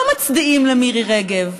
לא מצדיעים למירי רגב,